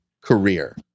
career